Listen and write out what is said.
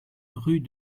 rue